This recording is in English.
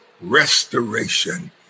restoration